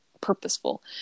purposeful